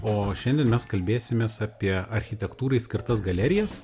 o šiandien mes kalbėsimės apie architektūrai skirtas galerijas